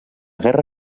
guerra